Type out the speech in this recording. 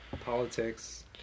politics